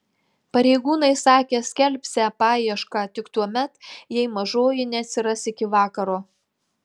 pareigūnai sakė skelbsią paiešką tik tuomet jei mažoji neatsiras iki vakaro